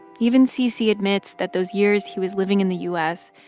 even cc admits that those years he was living in the u s.